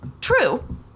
True